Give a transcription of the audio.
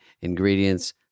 ingredients